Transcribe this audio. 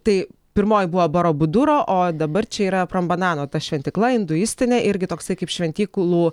tai pirmoji buvo barabuduro o dabar čia yra prambanano ta šventykla induistinė irgi toksai kaip šventyklų